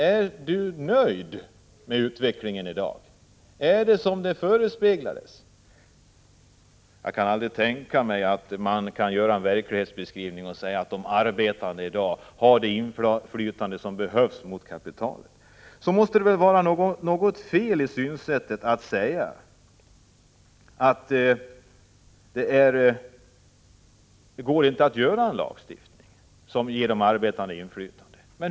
Är Sten Östlund nöjd med utvecklingen i dag? Är den som det förespeglades? Jag kan aldrig tänka mig att man med anspråk på att göra en verklighetsbeskrivning kan säga att de arbetande i dag har det inflytande gentemot kapitalet som behövs. Man måste ha ett felaktigt synsätt om man säger att det inte går att genomföra en lagstiftning som ger de arbetande inflytande.